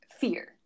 fear